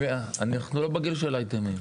אנחנו לא בגיל של אייטמים.